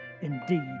Indeed